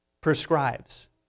prescribes